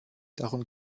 darum